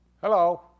Hello